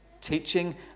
teaching